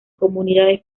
comunidades